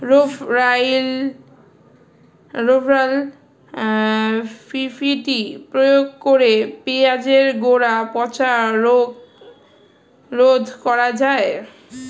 Rovral fifty প্রয়োগ করে পেঁয়াজের গোড়া পচা রোগ রোধ করা যায়?